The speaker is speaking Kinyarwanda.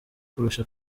kurusha